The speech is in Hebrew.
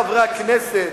חברי חברי הכנסת,